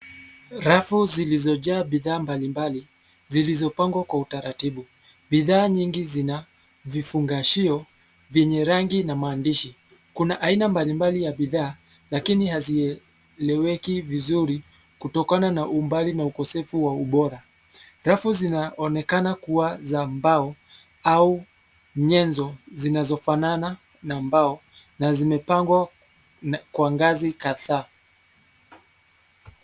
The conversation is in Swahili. Rafu zilizojaa bidhaa mbali mbali, zilizopangwa kwa utaratibu, bidhaa nyingi zina, vifungashio, vyenye rangi na maandishi, kuna aina mbali mbali ya bidhaa, lakini hazi, eleweki vizuri, kutokana na umbali na ukosefu wa ubora, rafu zinaonekana kuwa za mbao, au, nyenzo, zinazofanana, na mbao, na zimepangwa, kwa ngazi kadhaa.